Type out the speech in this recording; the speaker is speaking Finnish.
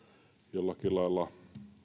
jollakin lailla